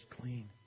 clean